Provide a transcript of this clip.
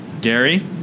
Gary